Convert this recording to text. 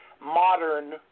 modern